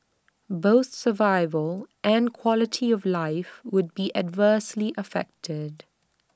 both survival and quality of life would be adversely affected